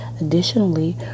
Additionally